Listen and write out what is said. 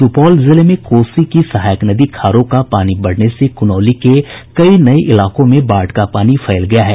सुपौल जिले में कोसी की सहायक नदी खारो का पानी बढ़ने से क्नौली के कई नये इलाकों में बाढ़ का पानी फैल गया है